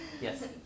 Yes